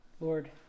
Lord